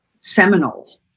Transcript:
seminal